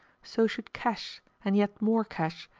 so should cash, and yet more cash,